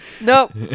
Nope